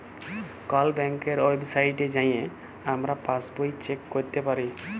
call ব্যাংকের ওয়েবসাইটে যাঁয়ে আমরা পাসবই চ্যাক ক্যইরতে পারি